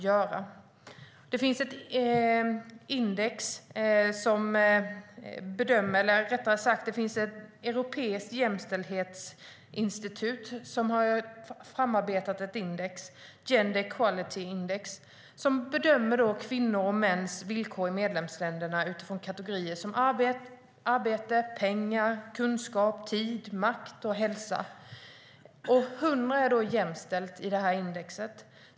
Med det sagt har vi ändå mer att göra. Ett europeiskt jämställdhetsinstitut har framarbetat ett index, Gender Equality Index. Man bedömer kvinnors och mäns villkor i medlemsländerna utifrån kategorier som arbete, pengar, kunskap, tid, makt och hälsa. Värdet 100 i indexet innebär full jämställdhet.